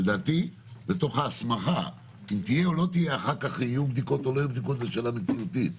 אם אחר כך יהיו בדיקות או לא יהיו בדיקות זו שאלה מציאותית,